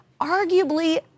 arguably